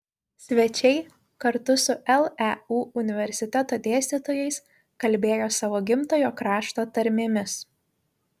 svečiai kartu su leu universiteto dėstytojais kalbėjo savo gimtojo krašto tarmėmis